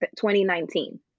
2019